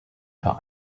für